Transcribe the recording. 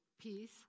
peace